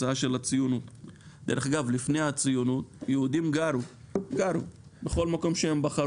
לפני הציונות היהודים גרו בכל מקום שהם בחרו.